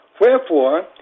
Wherefore